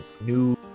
new